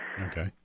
Okay